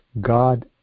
God